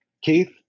Keith